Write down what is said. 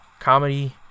comedy